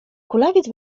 kulawiec